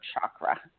chakra